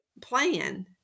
plan